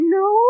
no